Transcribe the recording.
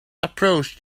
approach